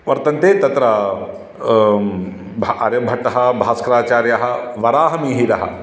वर्तन्ते तत्र भा आर्यभट्टः भास्कराचार्यः वराहमिहिरः